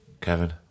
Kevin